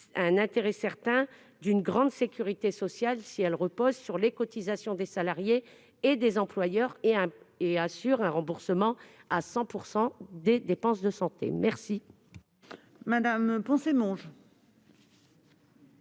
un intérêt certain pour une « grande sécurité sociale », à condition que celle-ci repose sur les cotisations des salariés et des employeurs et assure un remboursement à 100 % des dépenses de santé. La